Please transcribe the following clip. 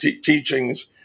teachings